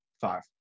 Five